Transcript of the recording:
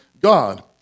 God